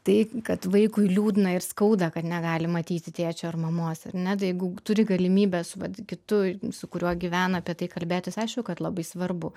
tai kad vaikui liūdna ir skauda kad negali matyti tėčio ar mamos ar ne jeigu turi galimybę su vat kitu su kuriuo gyvena apie tai kalbėtis aišku kad labai svarbu